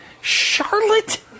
Charlotte